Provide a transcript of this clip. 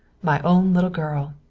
my own little girl!